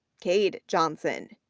cade johnson,